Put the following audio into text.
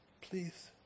please